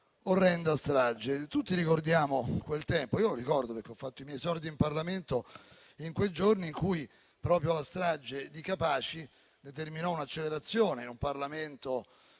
orrenda strage. Tutti ricordiamo quel tempo. Lo ricordo perché ho fatto i miei esordi in Parlamento in quei giorni in cui proprio la strage di Capaci determinò un'accelerazione; un Parlamento